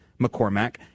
McCormack